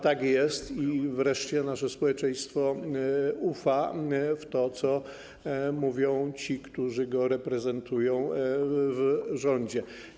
Tak jest, wreszcie nasze społeczeństwo ufa w to, co mówią ci, którzy je reprezentują w rządzie.